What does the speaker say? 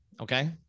Okay